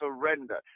surrender